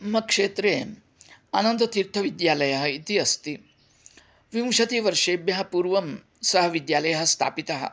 मम क्षेत्रे अनन्ततीर्थविद्यालयः इति अस्ति विंशतिवर्षेभ्यः पूर्वं सः विद्यालयः स्थापितः